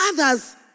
others